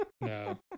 No